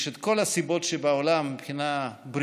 יש את כל הסיבות שבעולם, מבחינה בריאותית,